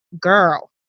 girl